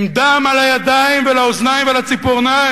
עם דם על הידיים, ועל האוזניים, ועל הציפורניים,